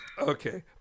okay